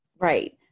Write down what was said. right